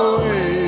away